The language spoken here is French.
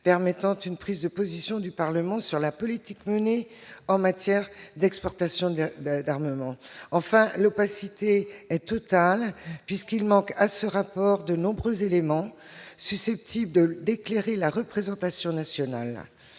permettant une prise de position du Parlement sur la politique menée en matière d'exportation d'armements. Enfin, l'opacité est totale, puisqu'il manque à ce rapport de nombreux éléments susceptibles d'éclairer la représentation nationale.